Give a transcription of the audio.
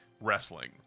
wrestling